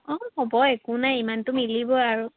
অঁ হ'ব একো নাই ইমানটো মিলিব আৰু